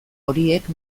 horiek